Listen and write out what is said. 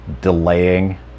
delaying